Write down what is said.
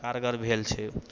कारगर भेल छै